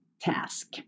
task